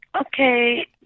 okay